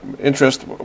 interest